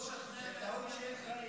זה מאוד משכנע להצביע נגד כרגע.